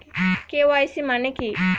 KYC মানে কি?